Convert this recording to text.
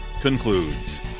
concludes